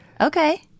Okay